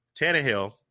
Tannehill